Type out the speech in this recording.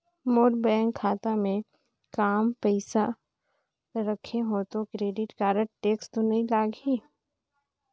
मोर bank खाता मे काम पइसा रखे हो तो क्रेडिट कारड टेक्स तो नइ लाही???